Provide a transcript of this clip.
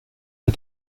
pas